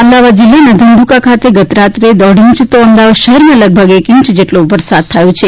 અમદાવાદ જિલ્લાના ધંધુકા ખાતે ગત રાત્રે દોઢ ઈંચ તો અમદાવાદ શહેરમાં લગભગ એક ઈંચ જેટલો વરસાદ થયો છે